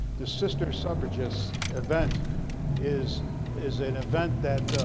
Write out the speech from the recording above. the sister suffragist event is is an event that,